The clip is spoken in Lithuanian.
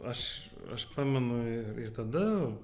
aš aš pamenu ir ir tada